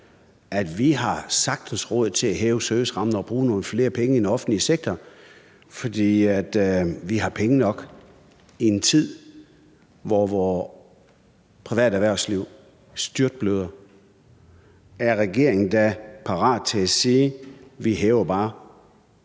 at vi sagtens har råd til at hæve servicerammen og bruge nogle flere penge i den offentlige sektor, fordi vi har penge nok i en tid, hvor vores private erhvervsliv styrtbløder? Er regeringen da parat til at sige: Vi hæver bare